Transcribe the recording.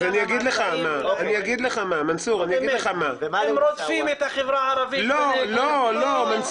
באמת -- -רודפים את החברה הערבית --- לא נכון.